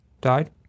died